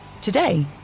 today